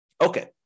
Okay